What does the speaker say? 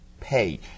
pay